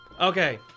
Okay